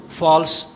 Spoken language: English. false